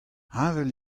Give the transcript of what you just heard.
heñvel